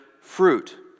fruit